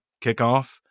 kickoff